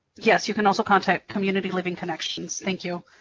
yes, you can also contact community living connections. thank you.